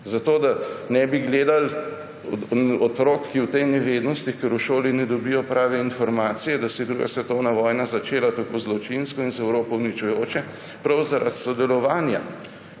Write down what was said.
zato da ne bi gledali otrok v tej nevednosti, ker v šoli ne dobijo prave informacije, da se je druga svetovna vojna začela tako zločinsko in za Evropo uničujoče prav zaradi sodelovanja